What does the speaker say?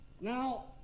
Now